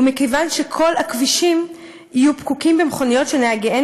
ומכיוון שכל הכבישים יהיו פקוקים במכוניות שנהגיהן